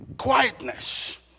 Quietness